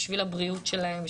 בשביל הבריאות שלהם,